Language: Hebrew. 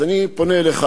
אז אני פונה אליך,